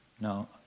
Now